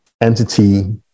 entity